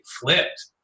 flipped